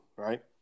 Right